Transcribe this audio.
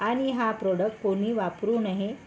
आणि हा प्रोडक्ट कोणी वापरू नये